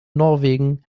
norwegen